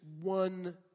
one